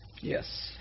Yes